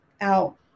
out